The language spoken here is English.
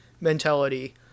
mentality